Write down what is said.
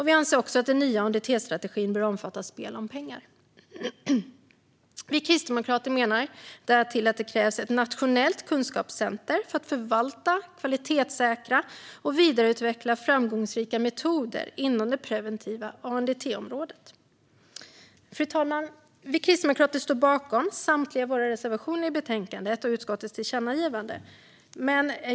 Vi anser att den nya ANDT-strategin också bör omfatta spel om pengar. Vi kristdemokrater menar därtill att det krävs ett nationellt kunskapscenter för att förvalta, kvalitetssäkra och vidareutveckla framgångsrika metoder inom det preventiva ANDT-området. Fru talman! Vi kristdemokrater står bakom samtliga våra reservationer i betänkandet och utskottets tillkännagivande.